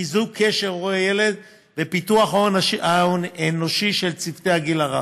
חיזוק קשר הורה ילד ופיתוח ההון האנושי של צוותי הגיל הרך.